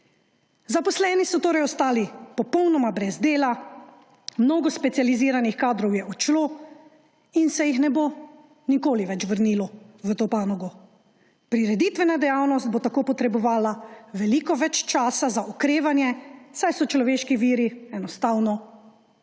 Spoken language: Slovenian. Zaposleni so torej ostali popolnoma brez dela, mnogo specializiranih kadrov je odšlo in se ne bo nikoli več vrnilo v to panogo. Prireditvena dejavnost bo tako potrebovala veliko več časa za okrevanje, saj so človeški viri enostavno izgubljeni.